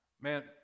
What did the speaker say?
Man